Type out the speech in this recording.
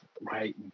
right